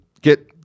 get